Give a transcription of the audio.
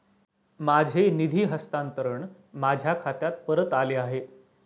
माझे निधी हस्तांतरण माझ्या खात्यात परत आले आहे